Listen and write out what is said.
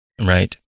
right